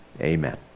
Amen